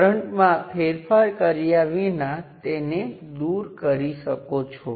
ફરીથી માત્ર ખાતરી કરવા માટે કે તમે આ ઋણ નિશાનીનું કારણ સમજ્યાં છો